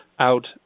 out